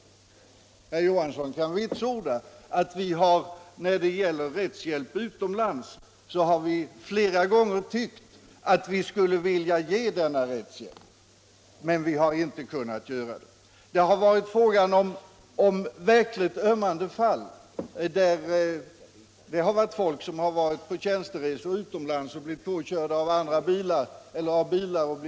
Herr Johansson kan vitsorda när det gäller rättshjälp utomlands att vi flera gånger tyckt att vi skulle vilja ge denna rättshjälp, men vi har inte kunnat göra det. Det kan ha varit frågan om verkligt ömmande fall, folk som varit på tjänsteresor utomlands och blivit påkörda och skadade av bilar.